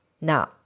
now